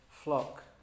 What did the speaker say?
flock